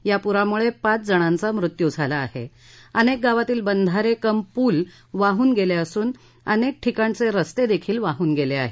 या प्रामुळे पाच जणांचा मृत्यू झाला आहे अनेक गावातील बंधारे कम पुल वाहन गेले असून अनेक ठिकाणचे रस्ते देखील वाहन गेले आहेत